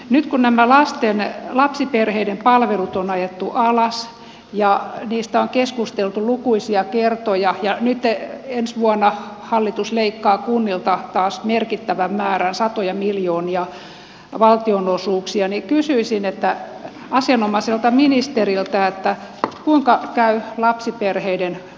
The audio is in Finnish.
nyt kun nämä lapsiperheiden palvelut on ajettu alas ja niistä on keskusteltu lukuisia kertoja ja ensi vuonna hallitus leikkaa kunnilta taas merkittävän määrän satoja miljoonia valtionosuuksia niin kysyisin asianomaiselta ministeriltä kuinka käy lapsiperheiden kotipalveluiden